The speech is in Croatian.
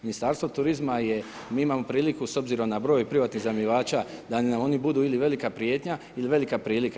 Ministarstvo turizma je, mi imamo priliku s obzirom na broj privatnih iznajmljivača da oni budu ili velika prijetnja ili velika prilika.